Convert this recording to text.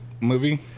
movie